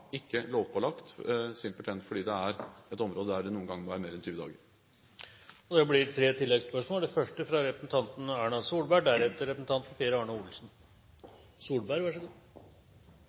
ikke lovpålagt, simpelthen fordi dette er et område der det noen ganger må være mer enn 20 dager. Det blir gitt anledning til tre oppfølgingsspørsmål – først Erna Solberg.